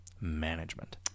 management